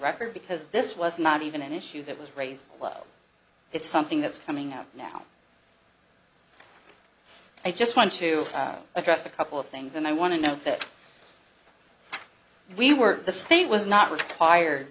record because this was not even an issue that was raised it's something that's coming out now i just want to address a couple of things and i want to note that we were the state was not required